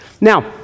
Now